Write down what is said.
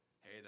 hey